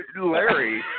Larry